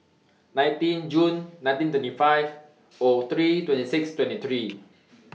nineteen Jun nineteen twenty five O three twenty six twenty three